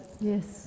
Yes